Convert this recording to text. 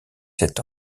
sept